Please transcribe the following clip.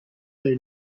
their